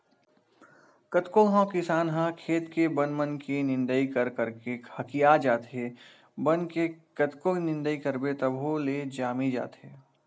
कतको घांव किसान ह खेत के बन मन के निंदई कर करके हकिया जाथे, बन के कतको निंदई करबे तभो ले जामी जाथे